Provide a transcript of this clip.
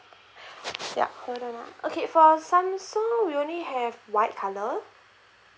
ya hold on ah okay for samsung we only have white colour